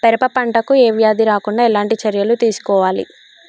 పెరప పంట కు ఏ వ్యాధి రాకుండా ఎలాంటి చర్యలు తీసుకోవాలి?